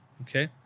okay